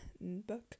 book